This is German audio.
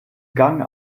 gang